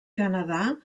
canadà